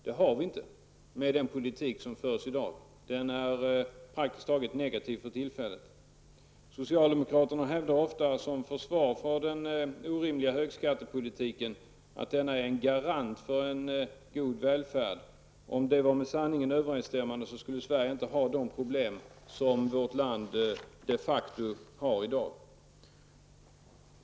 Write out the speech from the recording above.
Det har vi inte med den politik som förs i dag. Tillväxten är praktiskt taget negativ för tillfället. Socialdemokraterna hävdar ofta som försvar för den orimliga högskattepolitiken att den är en garanti för en god välfärd. Om det vore med sanningen överensstämmande, skulle Sverige inte ha de problem som vårt land de facto har i dag.